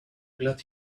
glad